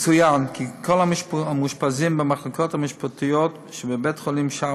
יצוין כי כל המאושפזים במחלקות המשפטיות שבבית-החולים שער